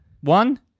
One